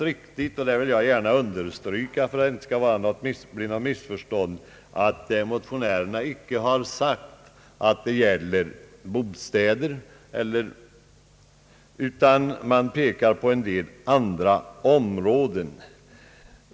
För att det inte skall uppstå något missförstånd vill jag understryka, att motionärerna icke har sagt att det här är fråga om skuldränta när det gäller bostäder utan att det är fråga om en del andra områden.